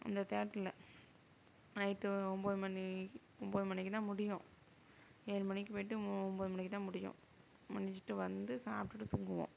அந்த தியேட்டரில் நைட்டு ஒன்போது மணி ஒம்பது மணிக்குதான் முடியும் ஏழு மணிக்கு போயிட்டு ஒன்போது மணிக்குதான் முடியும் முடிஞ்சுட்டு வந்து சாப்பிட்டுட்டு தூங்குவோம்